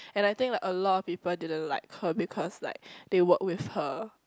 and I think like a lot of people didn't like her because like they work with her